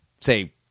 say